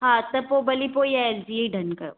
हा त पोइ भली पोइ एल जी ई डन कयो